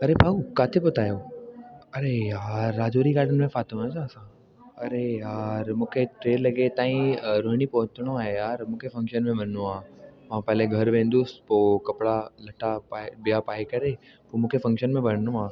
अड़े भाऊ किथे पहुता आहियो अड़े यार राजौरी गार्डन में फ़ाथो आहे छा असां अड़े यार मूंखे टे लॻे ताईं रोहणी पहुचणो आहे यार मूंखे फ़क्शन में वञिणो आहे आऊं पहले घरि वेंदुसि पोइ कपिड़ा लटा पाए ॿिया पाए करे पोइ मूंखे फ़ंक्शन में वञिणो आहे